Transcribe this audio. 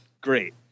Great